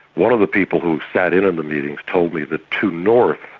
one of the people who sat in on the meetings told me that to north,